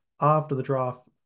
after-the-draft